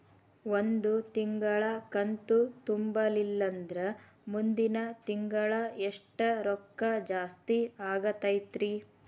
ಒಂದು ತಿಂಗಳಾ ಕಂತು ತುಂಬಲಿಲ್ಲಂದ್ರ ಮುಂದಿನ ತಿಂಗಳಾ ಎಷ್ಟ ರೊಕ್ಕ ಜಾಸ್ತಿ ಆಗತೈತ್ರಿ?